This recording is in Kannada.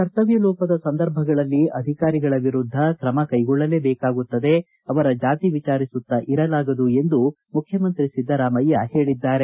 ಕರ್ತವ್ಯಲೋಪದ ಸಂದರ್ಭಗಳಲ್ಲಿ ಅಧಿಕಾರಿಗಳ ವಿರುದ್ಧ ತ್ರಮ ಕೈಗೊಳ್ಳಲೇ ಬೇಕಾಗುತ್ತದೆ ಅವರ ಜಾತಿ ವಿಚಾರಿಸುತ್ತ ಇರಲಾಗದು ಎಂದು ಮುಖ್ಯಮಂತ್ರಿ ಸಿದ್ದರಾಮಯ್ಕ ಹೇಳಿದ್ದಾರೆ